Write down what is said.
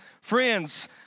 Friends